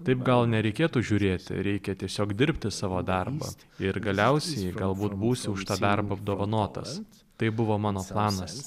taip gal nereikėtų žiūrėti reikia tiesiog dirbti savo darbą ir galiausiai galbūt būsi už tą darbą apdovanotas tai buvo mano planas